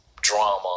drama